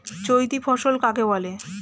চৈতি ফসল কাকে বলে?